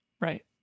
Right